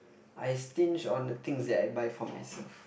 I stinge on the things that I buy for myself